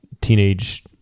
teenage